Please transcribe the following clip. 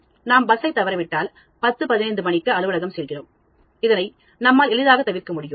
நாம் பஸ்ஸை தவற விட்டாள் 1015 மணிக்கு அலுவலகம் செல்கிறோம் இதனை நம்மால் எளிதாக தவிர்க்க முடியும்